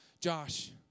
Josh